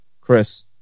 Chris